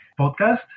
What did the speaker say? podcast